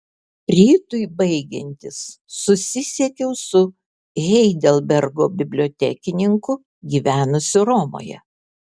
rytui baigiantis susisiekiau su heidelbergo bibliotekininku gyvenusiu romoje